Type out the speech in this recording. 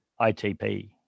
itp